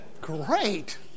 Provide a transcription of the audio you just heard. Great